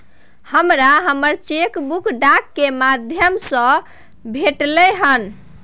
हमरा हमर cheque book डाक के माध्यम से भेटलय हन